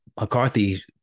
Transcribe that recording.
McCarthy